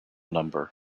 number